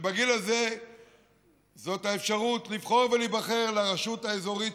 בגיל הזה זאת האפשרות לבחור ולהיבחר לרשות האזורית,